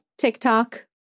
tiktok